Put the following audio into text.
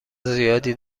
زیادی